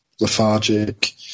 lethargic